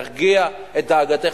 להרגיע את דאגתך,